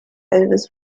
elvis